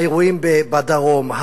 האירועים בדרום,